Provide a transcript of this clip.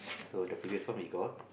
so the previous one we got